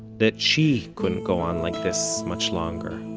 that she couldn't go on like this much longer